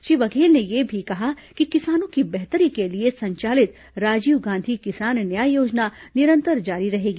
श्री बघेल ने यह भी कहा कि किसानों की बेहतरी के लिए संचालित राजीव गांधी किसान न्याय योजना निरंतर जारी रहेगी